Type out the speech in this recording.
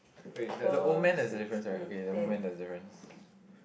okay the the old man has a difference right okay the old man there's difference